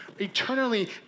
Eternally